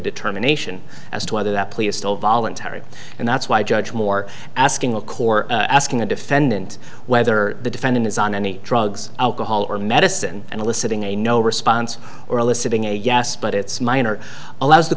determination as to whether that plea is still voluntary and that's why judge moore asking a core asking a defendant whether the defendant is on any drugs alcohol or medicine and eliciting a no response or eliciting a yes but it's minor allows the